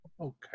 Okay